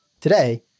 Today